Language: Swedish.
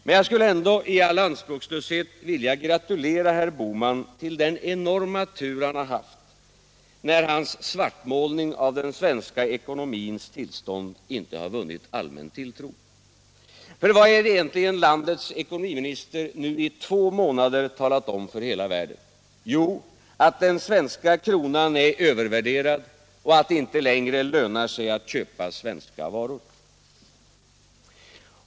Men jag skulle ändå i all anspråkslöshet vilja gratulera herr Bohman till den enorma tur han haft, när hans svartmålning av den svenska ekonomins tillstånd inte vunnit allmän tilltro. För vad är det egentligen landets ekonomiminister nu i två månader talat om för hela världen? Jo, att den svenska kronan är övervärderad och att det inte längre lönar sig att köpa svenska varor.